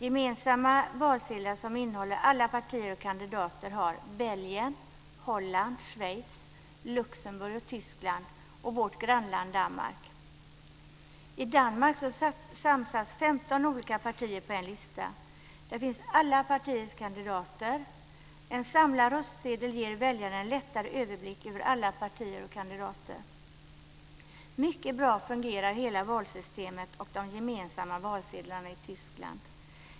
Gemensamma valsedlar som innehåller alla partier och kandidater finns i Belgien, Holland, Schweiz, Luxemburg, Tyskland och vårt grannland Danmark. I Danmark samsas 15 olika partier på en lista. Där finns alla partiers kandidater. En samlad röstsedel ger väljaren lättare en överblick över alla partier och kandidater. Mycket bra fungerar hela valsystemet och de gemensamma valsedlarna i Tyskland.